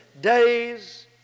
days